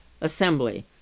assembly